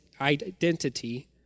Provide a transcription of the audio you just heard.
identity